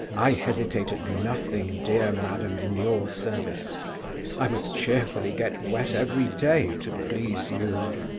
i hesitate at nothing, dear madam, in your service i would cheerfully get wet every day, to please you.